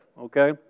okay